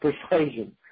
persuasion